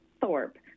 Thorpe